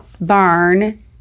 barn